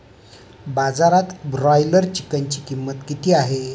बाजारात ब्रॉयलर चिकनची किंमत किती आहे?